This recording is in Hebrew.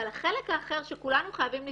אבל החלק האחר שכולנו חייבים לזכור,